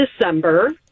december